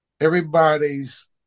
everybody's